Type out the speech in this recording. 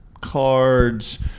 cards